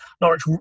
Norwich